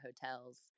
hotels